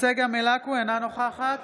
אינה נוכחת